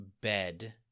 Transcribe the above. bed